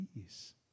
peace